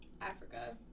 Africa